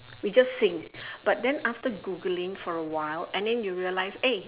we just sing but then after googling for a while and then you realize eh